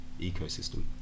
ecosystem